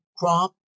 crop